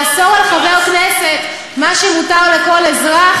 לאסור על חבר כנסת מה שמותר לכל אזרח,